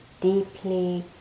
deeply